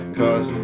cause